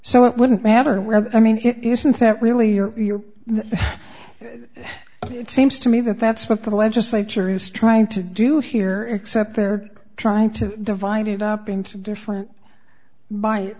so it wouldn't matter i mean it isn't that really you're it seems to me that that's what the legislature is trying to do here except they're trying to divide it up into